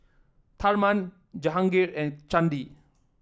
Tharman Jehangirr and Chandi